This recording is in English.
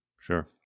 Sure